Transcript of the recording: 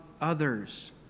others